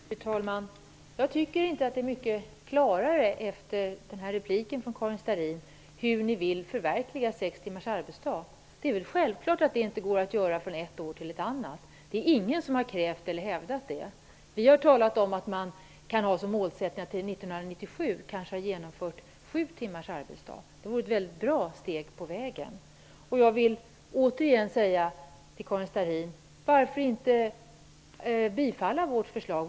Fru talman! Jag tycker inte att det, efter Karin Starrins replik, är mycket klarare hur ni vill förverkliga sex timmars arbetsdag. Det är självklart att det inte går att genomföra från ett år till ett annat. Det är ingen som har krävt eller hävdat det. Vi har talat om en målsättningen att det år 1997 skall vara sju timmars arbetsdag. Det vore ett bra steg på vägen. Jag vill återigen säga till Karin Starrin: Varför inte bifalla vårt förslag?